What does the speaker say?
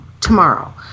tomorrow